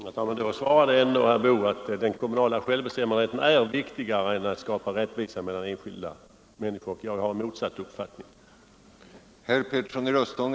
Herr talman! Därmed svarade ändå herr Boo att den kommunala självbestämmanderätten är viktigare än rättvisa mellan enskilda människor. Jag har en motsatt uppfattning.